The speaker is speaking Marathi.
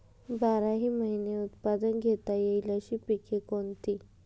बाराही महिने उत्पादन घेता येईल अशी पिके कोणती?